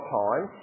time